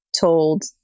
told